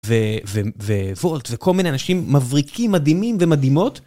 ו... ו... ווולט וכל מיני אנשים מבריקים מדהימים ומדהימות.